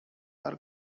are